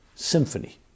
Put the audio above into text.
symphony